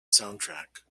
soundtrack